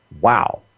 Wow